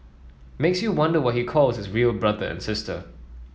makes you wonder what he calls his real brother and sister